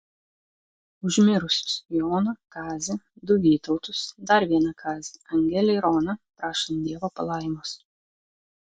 už mirusius joną kazį du vytautus dar vieną kazį angelę ir oną prašant dievo palaimos